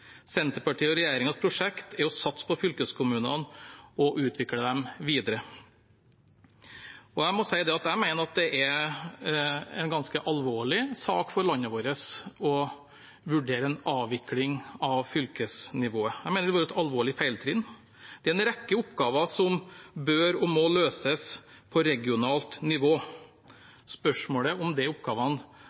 og regjeringens prosjekt er å satse på fylkeskommunene og utvikle dem videre. Jeg må si at jeg mener det er en ganske alvorlig sak for landet vårt å vurdere en avvikling av fylkesnivået. Jeg mener det vil være et alvorlig feiltrinn. Det er en rekke oppgaver som bør og må løses på regionalt nivå. Spørsmålet er om